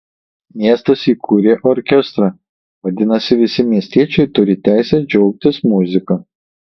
miestas įkūrė orkestrą vadinasi visi miestiečiai turi teisę džiaugtis muzika